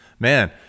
man